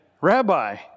Rabbi